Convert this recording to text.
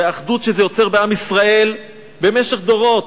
והאחדות שזה יוצר בעם ישראל במשך דורות,